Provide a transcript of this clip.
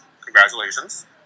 Congratulations